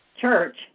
church